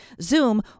Zoom